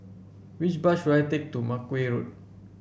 which bus should I take to Makeway Road